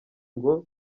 ngo